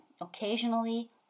occasionally